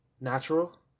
natural